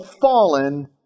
fallen